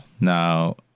Now